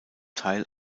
teil